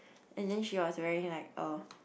and then she was wearing like oh